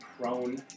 prone